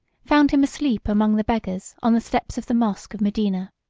found him asleep among the beggars on the steps of the mosch of medina.